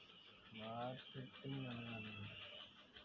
Marketing అనగానేమి?